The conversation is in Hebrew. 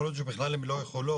יכול להיות שבכלל הן לא יכולות.